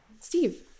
steve